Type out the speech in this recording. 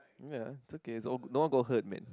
ya it's okay it's all good no one no one got hurt man